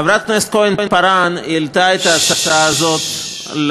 חברת הכנסת כהן-פארן העלתה את ההצעה הזאת על